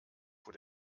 vor